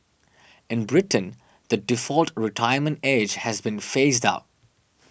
in Britain the default retirement age has been phased out